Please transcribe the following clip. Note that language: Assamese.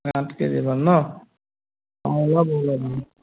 আঠ কে জিমান ন অঁ ওলাব ওলাব অঁ